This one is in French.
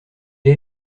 est